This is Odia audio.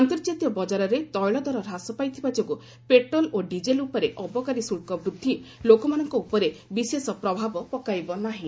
ଆନ୍ତର୍ଜାତୀୟ ବଜାରରେ ତୈଳ ଦର ହ୍ରାସ ପାଇଥିବା ଯୋଗୁଁ ପେଟ୍ରୋଲ ଓ ଡିଜେଲ ଉପରେ ଅବକାରୀ ଶୁଳ୍କ ବୃଦ୍ଧି ଲୋକମାନଙ୍କ ଉପରେ ବିଶେଷ ପ୍ରଭାବ ପକାଇବ ନାହିଁ